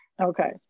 okay